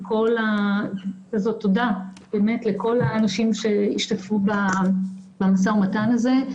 תודה באמת לכל האנשים שהשתתפו במשא ומתן הזה.